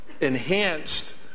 enhanced